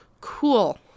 cool